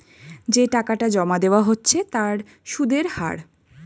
যে টাকাটা জমা দেওয়া হচ্ছে তার সুদের হার